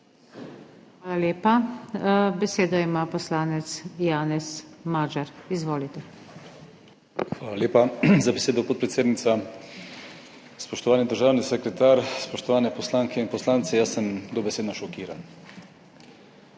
Hvala lepa. Besedo ima poslanec Janez Magyar. Izvolite. JANEZ MAGYAR (PS SDS): Hvala lepa za besedo, podpredsednica. Spoštovani državni sekretar, spoštovane poslanke in poslanci! Jaz sem dobesedno šokiran.